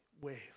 wave